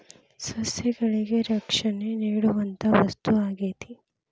ಸಸ್ಯಗಳಿಗೆ ರಕ್ಷಣೆ ನೇಡುವಂತಾ ವಸ್ತು ಆಗೇತಿ